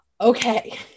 Okay